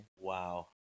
wow